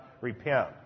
repent